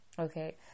okay